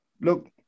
look